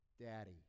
daddy